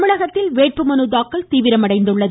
தமிழகத்தில் வேட்புமனு தாக்கல் தீவிரமடைந்துள்ளது